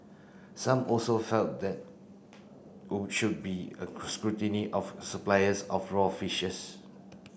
some also felt that would should be a scrutiny of suppliers of raw fishes